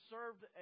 Served